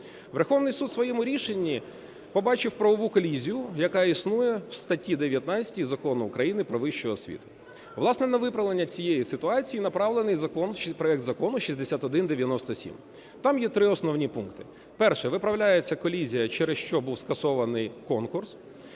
Верховний Суд в своєму рішенні побачив правову колізію, яка існує в статті 19 Закону України "Про вищу освіту". Власне, на виправлення цієї ситуації направлений проект Закону 6197. Там є три основні пункти. Перше. Виправляється колізія, через що був скасований конкурс.